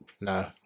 No